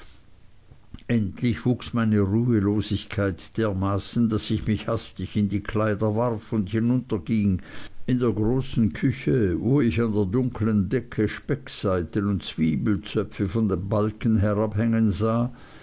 endlich wuchs meine ruhelosigkeit dermaßen daß ich mich hastig in die kleider warf und hinunterging in der großen küche wo ich an der dunkeln decke speckseiten und zwiebelzöpfe von den balken herabhängen sah